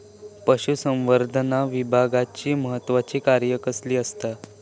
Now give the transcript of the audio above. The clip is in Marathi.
पशुसंवर्धन विभागाची महत्त्वाची कार्या कसली आसत?